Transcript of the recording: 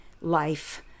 life